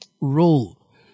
role